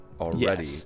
already